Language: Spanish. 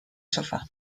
sofá